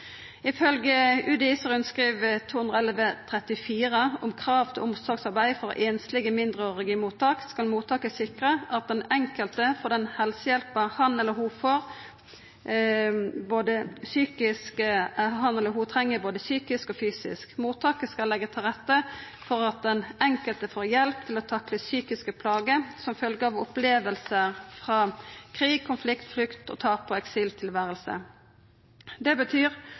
om krav til omsorgsarbeid for einslege mindreårige i mottak, skal mottaket sikra at den enkelte får den helsehjelpa han eller ho treng, både psykisk og fysisk. Mottaket skal leggja til rette for at den enkelte får hjelp til å takla psykiske plager som følgje av opplevingar frå krig, konflikt, flukt, tap og eksiltilvære. Det betyr